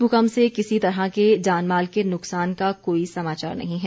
भूकम्प से किसी तरह के जानमाल के नुकसान का कोई समाचार नहीं है